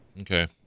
Okay